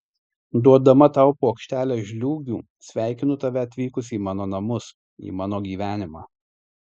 duodama tau puokštelę žliūgių sveikinu tave atvykus į mano namus į mano gyvenimą